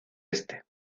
este